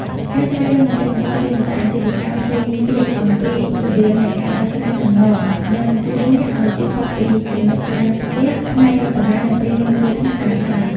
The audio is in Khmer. ការស្វែងរកមតិយោបល់ពីម្ចាស់អាជីវកម្មផ្សេងទៀតអំពី ល្បឿននៃការដោះស្រាយសំណង នឹងជួយអ្នកឱ្យជៀសផុតពី ចំណុចរាំងស្ទះ ផ្នែករដ្ឋបាលនៅពេលមានគ្រោះថ្នាក់កើតឡើង។